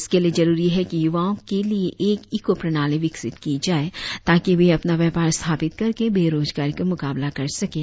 इसके लिए जरुरी है कि युवाओं के लिए एक इको प्रणाली विकसित की जाये ताकि वे अपना व्यापार स्थापित करके बेरोजगारी का मुकाबला कर सकें